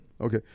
Okay